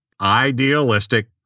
idealistic